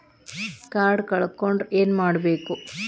Card ಕಳ್ಕೊಂಡ್ರ ಏನ್ ಮಾಡಬೇಕು?